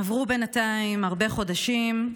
עברו בינתיים הרבה חודשים,